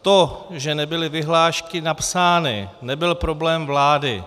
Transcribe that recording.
To, že nebyly vyhlášky napsány, nebyl problém vlády.